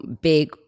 big